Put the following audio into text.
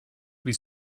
wie